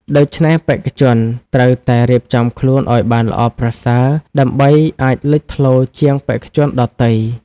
ដូច្នេះ បេក្ខជនត្រូវតែរៀបចំខ្លួនឲ្យបានល្អប្រសើរ ដើម្បីអាចលេចធ្លោជាងបេក្ខជនដទៃ។